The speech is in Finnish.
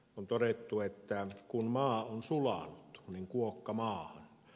on todettu että kun maa on sulanut niin kuokka maahan